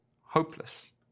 hopeless